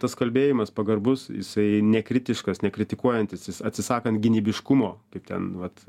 tas kalbėjimas pagarbus jisai nekritiškas nekritikuojantis jis atsisakant gynybiškumo kaip ten vat